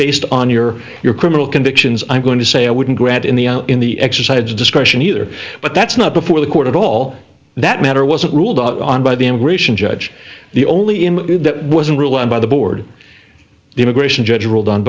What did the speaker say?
based on your your criminal convictions i'm going to say i wouldn't grant in the in the exercise discretion either but that's not before the court at all that matter wasn't ruled out on by the immigration judge the only image that wasn't real and by the board the immigration judge ruled on